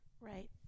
Right